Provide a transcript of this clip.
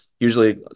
usually